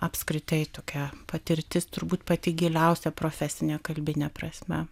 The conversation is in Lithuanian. apskritai tokia patirtis turbūt pati giliausia profesine kalbine prasme